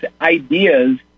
ideas